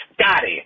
Scotty